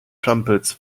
trumpets